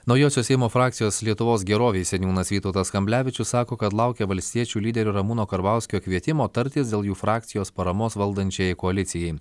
naujosios seimo frakcijos lietuvos gerovei seniūnas vytautas kamblevičius sako kad laukia valstiečių lyderio ramūno karbauskio kvietimo tartis dėl jų frakcijos paramos valdančiajai koalicijai